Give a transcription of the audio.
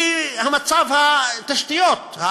כי מצב התשתיות,